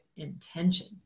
intention